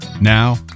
Now